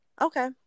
Okay